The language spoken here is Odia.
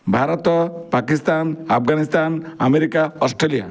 Bharat Pakistan Afghanistan America Australia